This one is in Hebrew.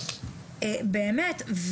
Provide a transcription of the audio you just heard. באמת.